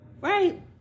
Right